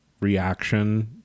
reaction